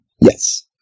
Yes